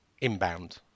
Inbound